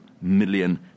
million